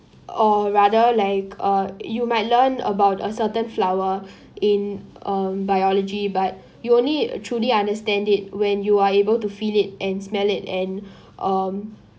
or rather like uh you might learn about a certain flower in um biology but you only truly understand it when you are able to feel it and smell it and um